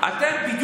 נח, כמו בתנ"ך.